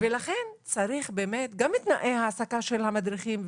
ולכן צריך גם את תנאי ההעסקה של המדריכים,